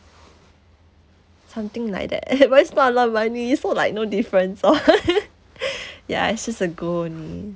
something like that but it's not a lot of money so like no difference orh ya it's just a goal only